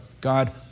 God